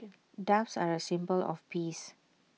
doves are A symbol of peace